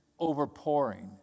overpouring